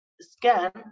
scan